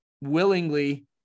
willingly